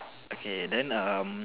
okay then um